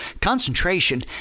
concentration